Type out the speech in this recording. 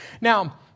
now